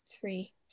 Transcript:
three